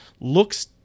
looks